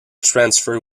transfer